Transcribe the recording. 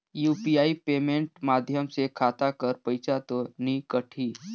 UPI payment माध्यम से खाता कर पइसा तो नी कटही?